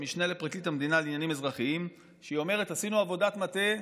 המשנה לפרקליט המדינה לעניינים אזרחיים: עשינו עבודת מטה,